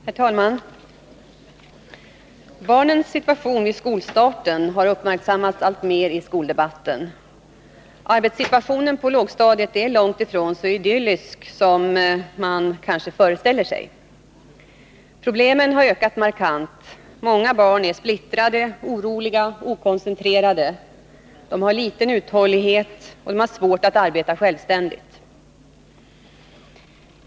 Herr talman! Barnens situation vid skolstarten har uppmärksammats alltmer i skoldebatten. Arbetssituationen på lågstadiet är långt ifrån så idyllisk som många föreställer sig. Problemen har ökat markant — många barn är splittrade, oroliga och okoncentrerade. De har liten uthållighet, och de har svårt att arbeta självständigt.